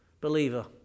believer